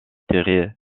tirer